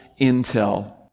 intel